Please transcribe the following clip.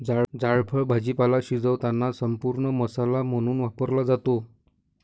जायफळ भाजीपाला शिजवताना संपूर्ण मसाला म्हणून वापरला जातो